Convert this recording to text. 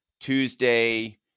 Tuesday